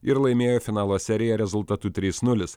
ir laimėjo finalo seriją rezultatu trys nulis